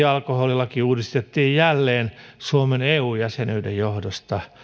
alkoholilaki uudistettiin jälleen suomen eu jäsenyyden johdosta